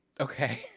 Okay